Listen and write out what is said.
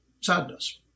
sadness